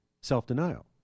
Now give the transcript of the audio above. self-denial